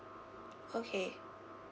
okay